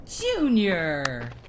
Junior